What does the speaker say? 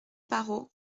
parrot